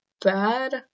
bad